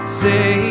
say